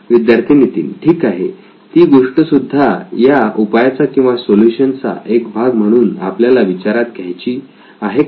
विद्यार्थी नितीन ठीक ती गोष्ट सुद्धा या उपायाचा किंवा सोल्युशन चा एक भाग म्हणून आपल्याला विचारात घ्यायची आहे का